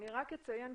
אני רק אציין,